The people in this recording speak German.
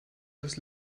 das